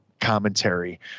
commentary